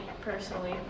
personally